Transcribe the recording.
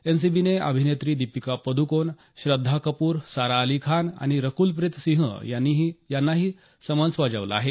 एनसीबीने अभिनेत्री दीपिका पाद्कोण श्रद्धा कपूर सारा अली खान आणि रकुलप्रीत सिंह यांनाही समन्स बजावलं आहे